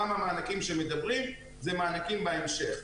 גם המענקים שעליהם מדברים הם מענקים בהמשך,